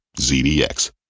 ZDX